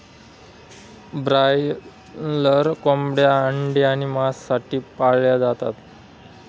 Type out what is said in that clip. broiler कोंबड्या अंडे आणि मांस साठी पाळल्या जातात